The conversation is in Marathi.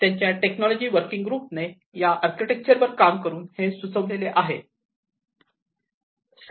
त्यांच्या टेक्नॉलॉजी वर्किंग ग्रुपने या आर्किटेक्चर वर काम करून हे सुचविलेले आहे